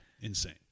insane